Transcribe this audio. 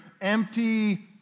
empty